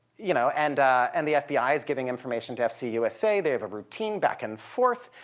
you know. and and the fbi is giving information to fc usa. they have a routine back and forth.